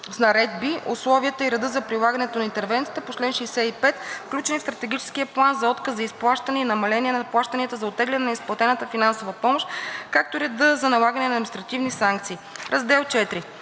наредби условията и реда за прилагане на интервенциите по чл. 65, включени в Стратегическия план, за отказ за изплащане и намаления на плащанията, за оттегляне на изплатената финансова помощ, както и реда за налагане на административни санкции. Раздел IV